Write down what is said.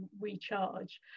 recharge